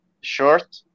short